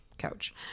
Couch